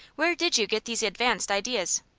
where did you get these advanced ideas?